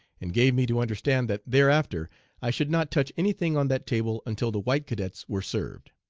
and gave me to understand that thereafter i should not touch any thing on that table until the white cadets were served.